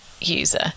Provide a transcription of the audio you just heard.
user